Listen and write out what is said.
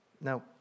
Now